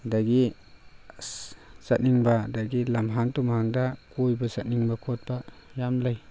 ꯑꯗꯒꯤ ꯑꯁ ꯆꯠꯅꯤꯡꯕ ꯑꯗꯒꯤ ꯂꯝꯍꯥꯡ ꯇꯨꯝꯍꯥꯡꯗ ꯀꯣꯏꯕ ꯆꯠꯅꯤꯡꯕ ꯈꯣꯠꯄ ꯌꯥꯝ ꯂꯩ